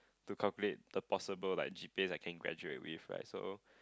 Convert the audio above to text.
to calculate the possible like G_P_As I can graduate with right so